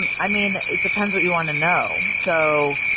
um i mean it depends what you want to know. so